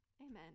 amen